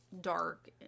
dark